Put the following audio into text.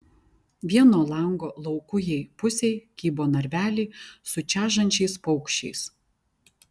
vieno lango laukujėj pusėj kybo narveliai su čežančiais paukščiais